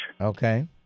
Okay